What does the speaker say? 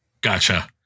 Gotcha